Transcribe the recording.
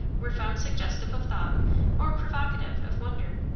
were found suggestive of thought or provocative of wonder.